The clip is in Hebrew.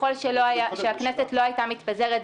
ככל שהכנסת לא היתה מתפזרת,